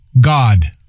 God